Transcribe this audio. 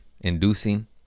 inducing